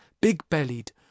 big-bellied